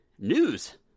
News